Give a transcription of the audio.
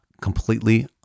completely